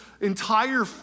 entire